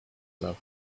glove